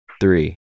Three